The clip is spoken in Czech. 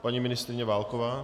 Paní ministryně Válková.